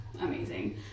amazing